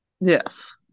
Yes